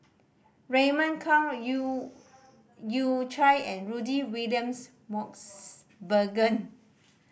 Raymond Kang Yew Yew Chye and Rudy William's Mosbergen